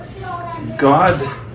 God